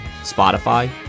Spotify